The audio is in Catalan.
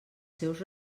seus